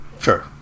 sure